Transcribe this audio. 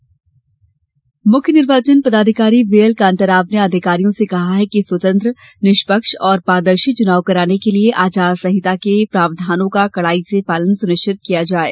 चुनाव तैयारी मुख्य निर्वाचन अधिकारी वी एल कांताराव ने अधिकारियों से कहा कि स्वतंत्र निष्पक्ष और पारदर्शी चुनाव कराने के लिए आचार संहिता के प्रावधानों का कड़ाई से पालन सुनिश्चित किया जाये